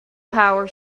power